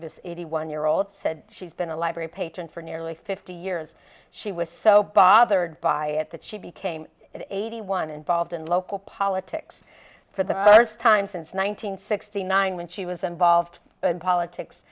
this eighty one year old said she's been a library patron for nearly fifty years she was so bothered by it that she became eighty one involved in local politics for the first time since one nine hundred sixty nine when she was involved in politics